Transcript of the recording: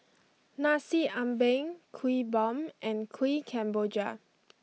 Nasi Ambeng Kuih Bom and Kuih Kemboja